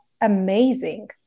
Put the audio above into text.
amazing